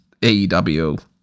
AEW